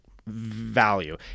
Value